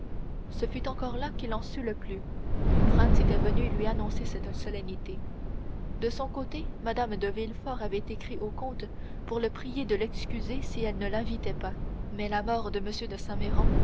ce fut encore là qu'il en sut le plus franz était venu lui annoncer cette solennité de son côté mme de villefort avait écrit au comte pour le prier de l'excuser si elle ne l'invitait point mais la mort de m de